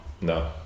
No